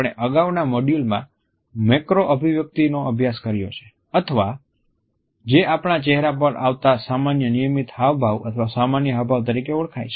આપણે અગાઉના મોડ્યુલમાં મેક્રો અભિવ્યકિતનો અભ્યાસ કર્યો છે અથવા જે આપણા ચહેરા પર આવતા સામાન્ય નિયમિત હાવભાવ અથવા સામાન્ય હાવભાવ તરીકે ઓળખાય છે